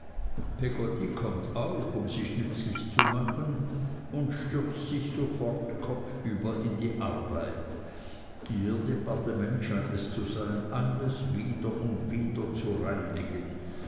peggotty kommt auch um sich nützlich zu machen und stürzt sich sofort kopfüber in die arbeit ihr departement scheint es zu sein alles wieder und wieder zu reinigen